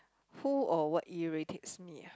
who or what irritates me ah